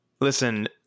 Listen